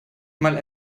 mal